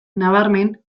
nabarmen